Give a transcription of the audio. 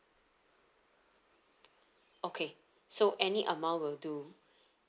okay so any amount will do